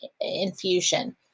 infusion